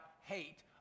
hate